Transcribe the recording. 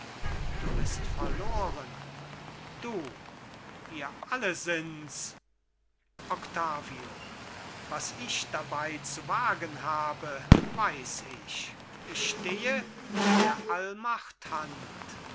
du bist verloren du wir alle sinds octavio was ich dabei zu wagen habe weiß ich ich stehe in der allmacht hand